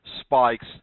Spikes